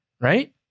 right